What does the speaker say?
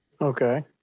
Okay